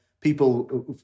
people